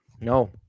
No